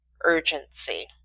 urgency